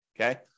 okay